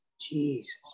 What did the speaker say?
Jesus